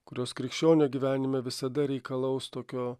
kurios krikščionio gyvenime visada reikalaus tokio